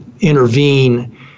intervene